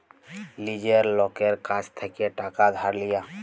লীজের লকের কাছ থ্যাইকে টাকা ধার লিয়া